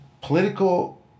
political